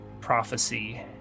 prophecy